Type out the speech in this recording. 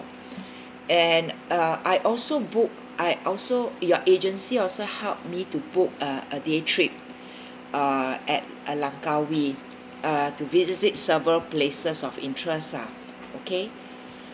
and uh I also book I also your agency also help me to book a a day trip uh at at langkawi uh to visit several places of interest lah okay